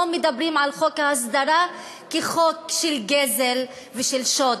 מדברים על חוק ההסדרה כחוק של גזל ושל שוד,